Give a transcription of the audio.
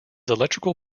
electrical